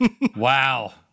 Wow